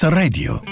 radio